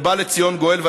ובא לציון גואל.